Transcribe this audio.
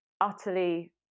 utterly